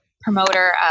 promoter